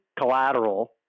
collateral